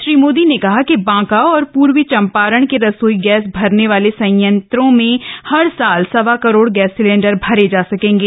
श्री मोदी ने कहा कि बांका और पूर्वी चंपारण के रसोई गैस भरने वाले संयंत्रों में हर साल सवा करोड़ गैस सिलेंण्डर भर्र जा सकेंगे